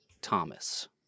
Thomas